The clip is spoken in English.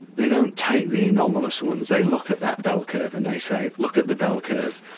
they don't take the anomalous ones. they look at that bell curve and they say, look at the bell curve,